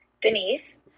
Denise